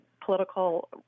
political